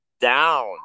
down